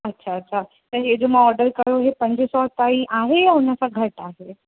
अच्छा अच्छा त हे जो मां ऑर्डर कयो हे पंज सौ तांई आहे या हुन खां घटि आहे